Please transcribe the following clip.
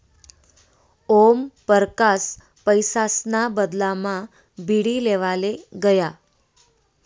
ओमपरकास पैसासना बदलामा बीडी लेवाले गया